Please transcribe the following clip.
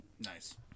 Nice